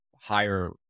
higher